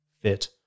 fit